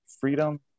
freedom